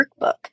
workbook